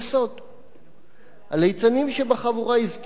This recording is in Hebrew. הליצנים שבחבורה הזכירו שפעם אמרו,